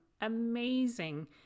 amazing